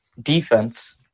defense